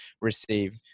receive